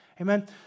Amen